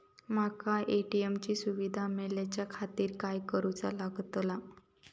माका ए.टी.एम ची सुविधा मेलाच्याखातिर काय करूचा लागतला?